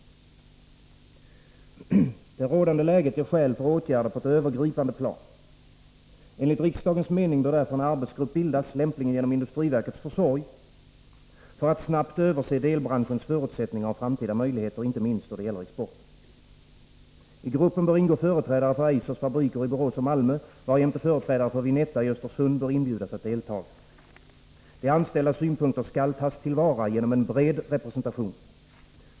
Yrkandet har följande lydelse: Det rådande läget ger skäl för åtgärder på ett övergripande plan. Enligt riksdagens mening bör därför en arbetsgrupp bildas — lämpligen genom industriverkets försorg — för att snabbt överse delbranschens förutsättningar och framtida möjligheter, inte minst då det gäller exporten. I gruppen bör ingå företrädare för Eisers fabriker i Borås och Malmö, varjämte företrädare för Vinetta i Östersund bör inbjudas att deltaga. De anställdas synpunkter skall tas till vara genom en bred representation.